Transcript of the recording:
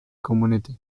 komunity